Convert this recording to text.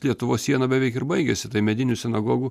lietuvos siena beveik ir baigiasi tai medinių sinagogų